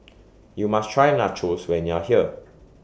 YOU must Try Nachos when YOU Are here